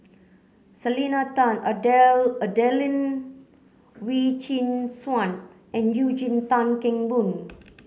Selena Tan Adelene Wee Chin Suan and Eugene Tan Kheng Boon